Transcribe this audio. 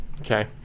Okay